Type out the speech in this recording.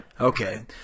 Okay